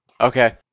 Okay